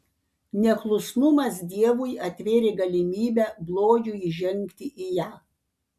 neklusnumas dievui atvėrė galimybę blogiui įžengti į ją